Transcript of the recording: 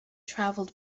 travelled